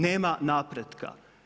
Nema napretka.